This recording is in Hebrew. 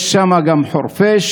יש שם את חורפיש,